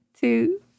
two